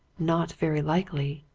not very likely!